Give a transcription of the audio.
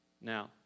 Now